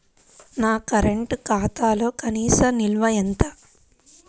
నా కరెంట్ ఖాతాలో కనీస నిల్వ ఎంత?